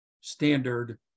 standard